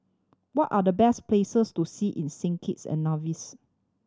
what are the best places to see in Saint Kitts and Nevis